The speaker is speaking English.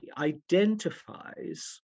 identifies